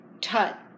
Tut